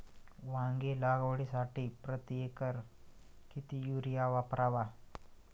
वांगी लागवडीसाठी प्रति एकर किती युरिया वापरावा?